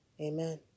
Amen